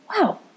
wow